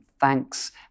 thanks